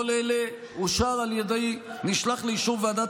כל זה אושר על ידי ונשלח לאישור ועדת